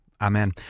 Amen